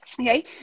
Okay